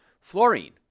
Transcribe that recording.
Fluorine